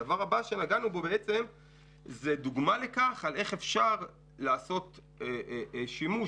הדבר הבא שנגענו בו הוא דוגמה לאפשרות לעשות שימוש